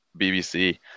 BBC